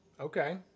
Okay